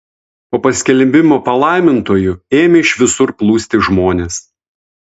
po paskelbimo palaimintuoju ėmė iš visur plūsti žmonės